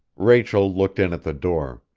rachel looked in at the door.